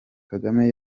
kagame